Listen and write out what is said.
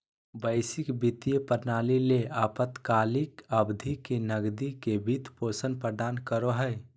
वैश्विक वित्तीय प्रणाली ले अल्पकालिक अवधि के नकदी के वित्त पोषण प्रदान करो हइ